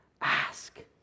ask